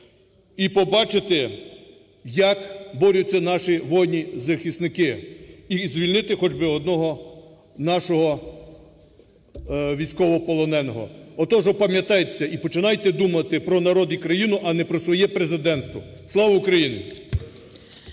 і побачити, як борються наші воїни-захисники, і звільнити хоча б одного нашого військовополоненого. Отож, опам'ятайтесь і починайте думати про народ і країну, а не про своє президентство. Слава Україні!